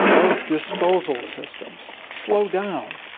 those disposal systems slow down,